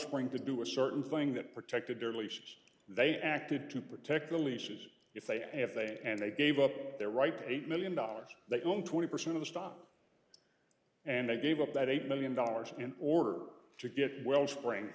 wellspring to do a certain thing that protected their leases they acted to protect the leases if they if they and they gave up their right to eight million dollars they own twenty percent of the stop and they gave up that eight million dollars in order to get wellspring